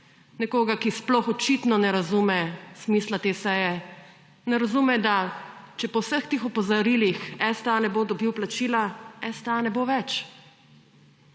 nekoga, ki sploh očitno ne razume smisla te seje, ne razume, da če po vseh teh opozorilih STA ne bo dobil plačila, STA ne bo več.